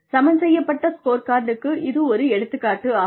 சமன்செய்யப்பட்ட ஸ்கோர்கார்டுக்கு இது ஒரு எடுத்துக்காட்டாகும்